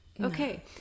okay